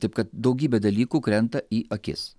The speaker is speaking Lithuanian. taip kad daugybė dalykų krenta į akis